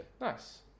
Nice